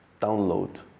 download